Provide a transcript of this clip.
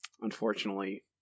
unfortunately